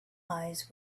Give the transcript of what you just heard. eyes